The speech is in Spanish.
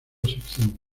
sección